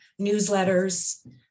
newsletters